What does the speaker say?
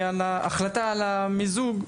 ואת ההחלטה על המיזוג,